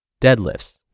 deadlifts